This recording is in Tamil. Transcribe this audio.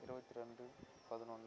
இருபத்தி ரெண்டு பதினொன்று